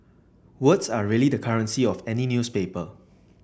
words are really the currency of any newspaper